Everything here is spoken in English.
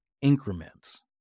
increments